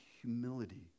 humility